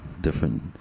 different